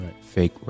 fake